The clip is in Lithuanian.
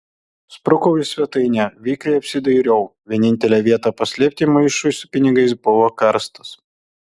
sprukau į svetainę vikriai apsidairiau vienintelė vieta paslėpti maišui su pinigais buvo karstas